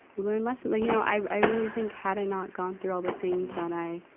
learn lesson like, you know, i i really think, had i not gone through all the things that i,